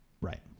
Right